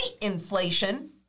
inflation